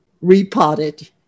repotted